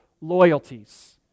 loyalties